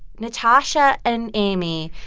natasha and amy,